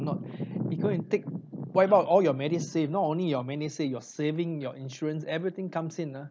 it go and take wipe out all your MediSave not only your MediSave your saving your insurance everything comes in nah